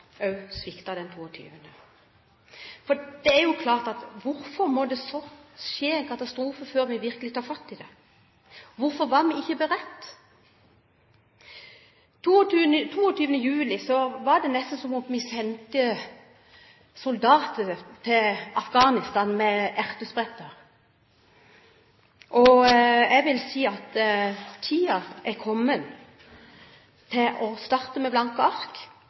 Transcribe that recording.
områder den 22. juli. Hvorfor må det så skje en katastrofe før vi virkelig tar fatt i det? Hvorfor var vi ikke beredt? Den 22. juli var det nesten som om vi sendte soldater til Afghanistan med ertesprettert. Jeg vil si at tiden er kommet til å starte med blanke ark